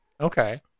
Okay